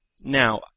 Now